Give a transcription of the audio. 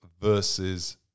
versus